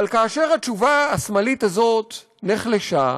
אבל כאשר התשובה השמאלית הזאת נחלשה,